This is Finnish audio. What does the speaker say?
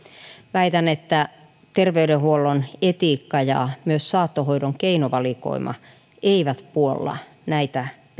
väitän että terveydenhuollon etiikka ja myöskään saattohoidon keinovalikoima eivät puolla näitä perusteluja